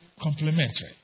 complementary